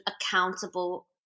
accountable